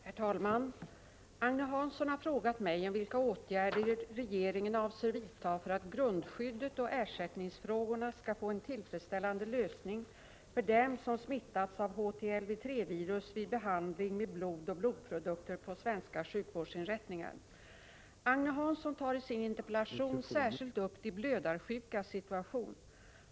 Herr talman! Agne Hansson har frågat mig om vilka åtgärder regeringen avser vidta för att grundskyddet och ersättningsfrågorna skall få en tillfredsställande lösning för dem som smittats av HTLV-III-virus vid behandling med blod och blodprodukter på svenska sjukvårdsinrättningar. Agne Hansson tar i sin interpellation särskilt upp de blödarsjukas situation.